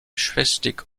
schleswig